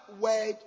word